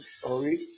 Sorry